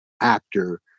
actor